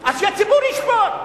הציבור, אז שהציבור ישפוט.